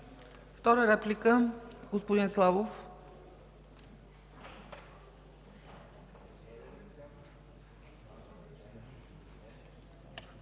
Втора реплика? Господин Славов.